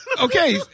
Okay